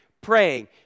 praying